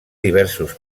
diversos